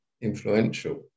influential